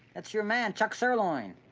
that's your man, chuck sirloin.